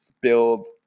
build